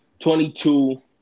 22